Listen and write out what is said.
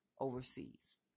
overseas